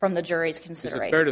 from the jury's consider